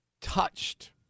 touched